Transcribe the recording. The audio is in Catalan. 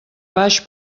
baix